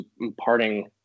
imparting